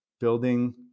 building